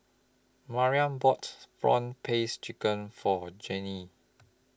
Mariah bought Prawn Paste Chicken For Jenny